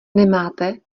nemáte